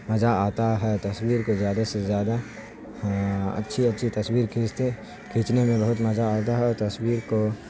مزہ آتا ہے تصویر کو زیادہ سے زیادہ ہاں اچھی اچھی تصویر کھینچتے کھینچنے میں بہت مزہ آتا ہے اور تصویر کو